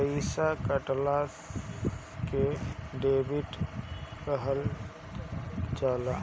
पइसा कटला के डेबिट कहल जाला